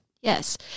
Yes